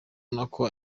nako